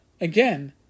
again